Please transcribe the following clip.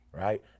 right